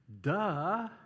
Duh